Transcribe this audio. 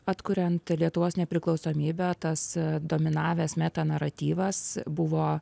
atkuriant lietuvos nepriklausomybę tas dominavęs metanaratyvas buvo